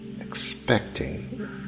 expecting